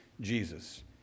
Jesus